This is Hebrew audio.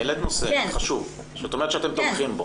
העלית נושא חשוב שאת אומרת שאתם תומכים בו,